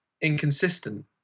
inconsistent